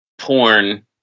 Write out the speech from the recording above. Porn